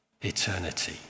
eternity